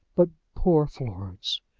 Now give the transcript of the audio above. but poor florence!